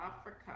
Africa